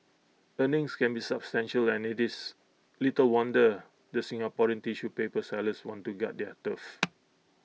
earnings can be substantial and IT is little wonder the Singaporean tissue paper sellers want to guard their turf